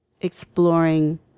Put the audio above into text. exploring